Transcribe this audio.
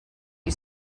you